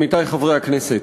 עמיתי חברי הכנסת,